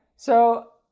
so,